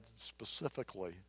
specifically